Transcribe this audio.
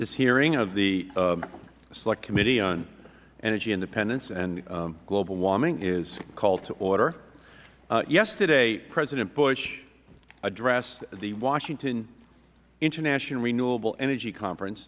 this hearing of the select committee on energy independence and global warming is called to order yesterday president bush addressed the washington international renewable energy conference